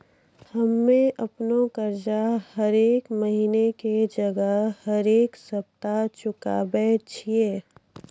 हम्मे अपनो कर्जा हरेक महिना के जगह हरेक सप्ताह चुकाबै छियै